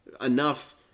enough